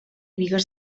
bigues